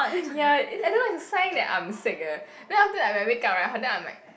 ya it I don't know it's a sign that I'm sick eh then after like when I wake up right then I'm like